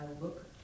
look